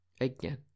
Again